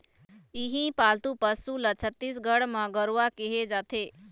इहीं पालतू पशु ल छत्तीसगढ़ म गरूवा केहे जाथे